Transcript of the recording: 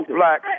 black